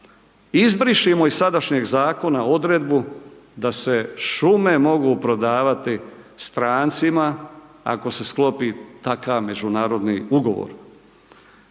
izbrišimo iz sadašnjeg zakona odredbu da se šume mogu prodavati strancima ako se sklopi takav međunarodni ugovor.